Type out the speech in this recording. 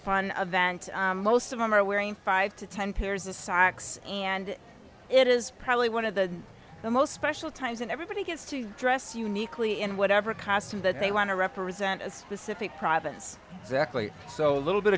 a vent most of them are wearing five to ten pairs of socks and it is probably one of the most special times and everybody gets to dress uniquely in whatever costume that they want to represent a specific province exactly so a little bit